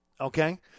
okay